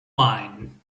mine